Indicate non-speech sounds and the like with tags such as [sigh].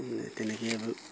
তেনেকেই [unintelligible]